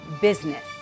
business